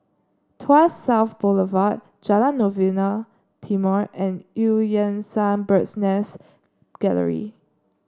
Tuas South Boulevard Jalan Novena Timor and Eu Yan Sang Bird's Nest Gallery